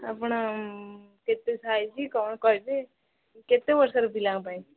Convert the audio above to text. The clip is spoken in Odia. ଆପଣ କେତେ ସାଇଜ୍ କ'ଣ କହିବେ କେତେ ବର୍ଷର ପିଲାଙ୍କ ପାଇଁ